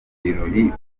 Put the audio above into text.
birori